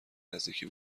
نزدیکی